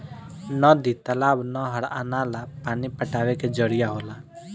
नदी, तालाब, नहर आ नाला पानी पटावे के जरिया होला